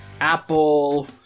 Apple